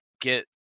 get